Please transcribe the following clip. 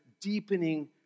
deepening